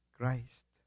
Christ